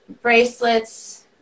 bracelets